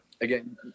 again